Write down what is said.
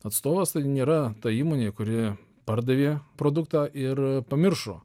atstovas tai nėra ta įmonė kuri pardavė produktą ir pamiršo